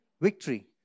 victory